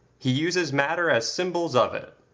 he uses matter as symbols of it.